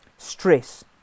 stress